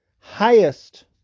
highest